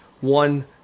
One